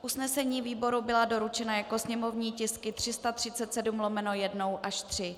Usnesení výboru byla doručena jako sněmovní tisky 337/1 až 3.